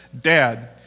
dad